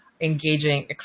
engaging